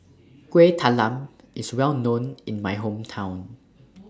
Kuih Talam IS Well known in My Hometown